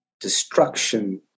destruction